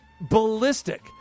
ballistic